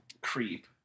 Creep